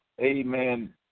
amen